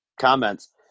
comments